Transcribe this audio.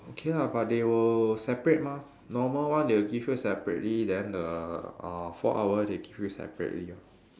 okay lah but they will separate mah normal one they will give you separately then the uh four hour they give you separately lor